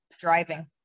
driving